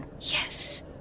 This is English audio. Yes